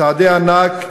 צעדי ענק,